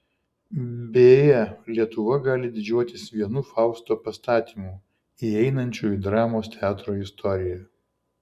beje lietuva gali didžiuotis vienu fausto pastatymu įeinančiu į dramos teatro istoriją